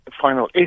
final